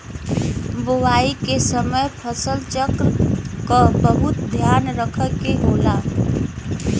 बोवाई के समय फसल चक्र क बहुत ध्यान रखे के होला